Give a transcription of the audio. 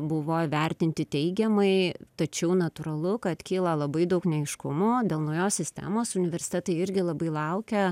buvo įvertinti teigiamai tačiau natūralu kad kyla labai daug neaiškumo dėl naujos sistemos universitetai irgi labai laukia